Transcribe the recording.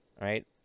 right